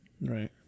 Right